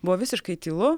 buvo visiškai tylu